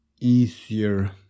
easier